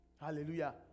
hallelujah